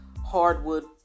hardwood